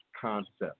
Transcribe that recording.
concept